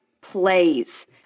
plays